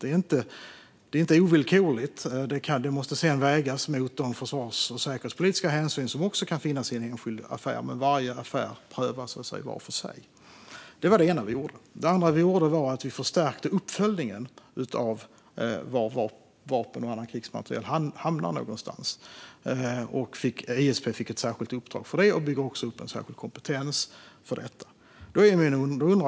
Det är dock inte ovillkorligt utan måste vägas mot de försvars och säkerhetspolitiska hänsyn som man kan behöva ta vid en enskild affär. Varje affär prövas var för sig. Det andra vi gjorde var att vi förstärkte uppföljningen av var vapen och annan krigsmateriel hamnar. ISP fick ett särskilt uppdrag om detta och bygger också upp en särskild kompetens.